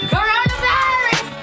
Coronavirus